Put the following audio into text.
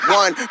one